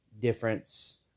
difference